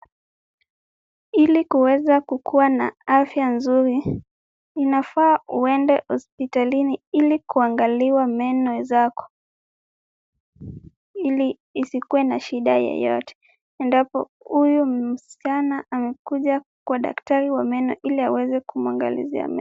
Ili kuweza kukuwa na afya nzuri, inafaa uende hospitalini ili kuangaliwa meno zako ili isikuwe na shida yoyote, endapo huyu msichana amekuja kwa daktari wa meno ili aweze kumuangalizia meno.